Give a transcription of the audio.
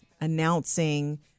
announcing